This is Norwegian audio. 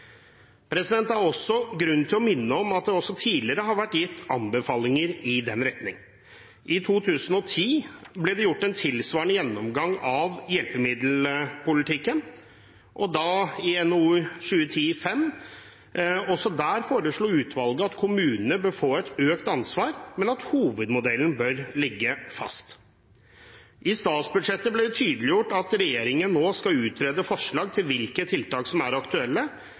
Det er også grunn til å minne om at det også tidligere har vært gitt anbefalinger i den retning. I 2010 ble det gjort en tilsvarende gjennomgang av hjelpemiddelpolitikken, da i NOU 2010: 5. Også der foreslo utvalget at kommunene bør få et økt ansvar, men at hovedmodellen bør ligge fast. I statsbudsjettet ble det tydeliggjort at regjeringen nå skal utrede forslag til hvilke tiltak som er aktuelle,